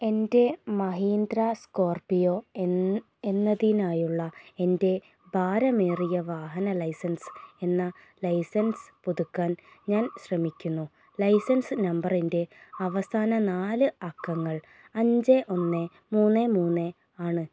എൻ്റെ മഹീന്ദ്ര സ്കോർപിയോ എന്നതിനായുള്ള എൻ്റെ ഭാരമേറിയ വാഹന ലൈസൻസ് എന്ന ലൈസൻസ് പുതുക്കാൻ ഞാൻ ശ്രമിക്കുന്നു ലൈസൻസ് നമ്പറിൻ്റെ അവസാന നാല് അക്കങ്ങൾ അഞ്ച് ഒന്ന് മൂന്ന് മൂന്ന് ആണ്